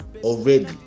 already